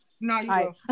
No